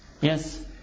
Yes